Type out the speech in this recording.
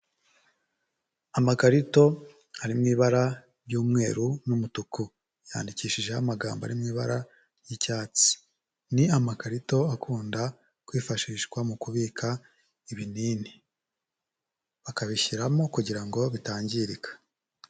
Amakarito ari mu ibara ry'umweru n'umutuku, yandikishijeho amagambo ari mu ibara ry'icyatsi, ni amakarito akunda kwifashishwa mu kubika ibinini bakabishyiramo kugira ngo bitangirika.